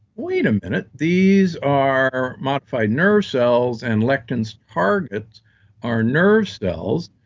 wait a minute, these are modified nerve cells, and lectin's target our nerve cells,